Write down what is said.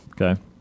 okay